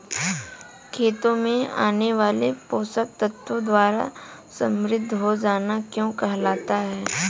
खेतों में आने वाले पोषक तत्वों द्वारा समृद्धि हो जाना क्या कहलाता है?